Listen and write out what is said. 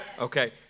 Okay